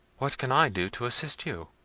what can i do to assist you?